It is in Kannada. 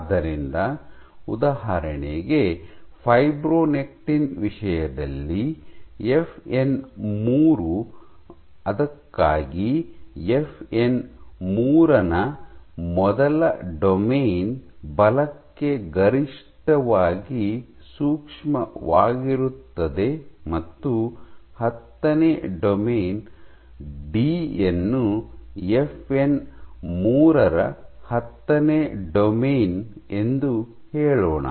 ಆದ್ದರಿಂದ ಉದಾಹರಣೆಗೆ ಫೈಬ್ರೊನೆಕ್ಟಿನ್ ವಿಷಯದಲ್ಲಿ ಎಫ್ಎನ್ ಮೂರು ಗಾಗಿ ಎಫ್ಎನ್ ಮೂರು ನ ಮೊದಲ ಡೊಮೇನ್ ಬಲಕ್ಕೆ ಗರಿಷ್ಠವಾಗಿ ಸೂಕ್ಷ್ಮವಾಗಿರುತ್ತದೆ ಮತ್ತು ಹತ್ತನೇ ಡೊಮೇನ್ ಡಿ ಯನ್ನು ಎಫ್ಎನ್ ಮೂರು ನ ಹತ್ತನೇ ಡೊಮೇನ್ ಎಂದು ಹೇಳೋಣ